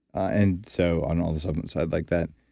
and so on all the supplements side like that.